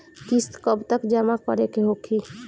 किस्त कब तक जमा करें के होखी?